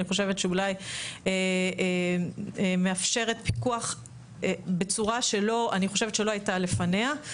אני חושבת שאולי מאפשרת פיקוח בצורה שאני חושבת שלא הייתה לפניה.